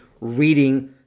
reading